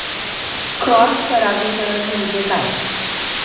Cross परागीकरण म्हणजे काय?